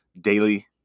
daily